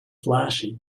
flashy